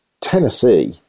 Tennessee